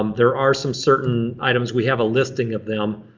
um there are some certain items. we have a listing of them,